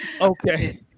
Okay